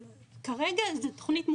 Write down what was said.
כרגע זו תכנית מאושרת,